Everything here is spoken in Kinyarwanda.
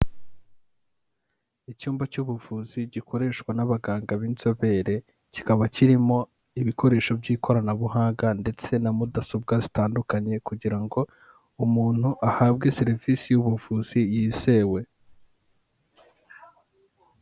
Icyumba cy'ubuvuzi gikoreshwa n'abaganga b'inzobere kikaba kirimo ibikoresho by'ikoranabuhanga ndetse na mudasobwa zitandukanye kugira ngo umuntu ahabwe serivisi y'ubuvuzi yizewe.